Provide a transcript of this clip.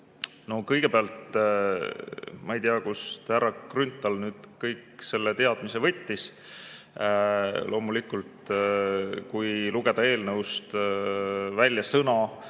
Kõigepealt, ma ei tea, kust härra Grünthal nüüd kogu selle teadmise võttis. Loomulikult, kui lugeda eelnõust välja sõna